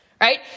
Right